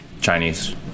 Chinese